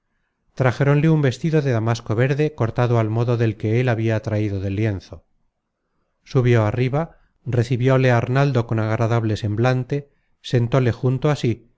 levantarse trajéronle un vestido de damasco verde cortado al modo del que él habia traido de lienzo subió arriba recibióle arnaldo con agradable semblante sentóle junto á sí